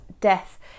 death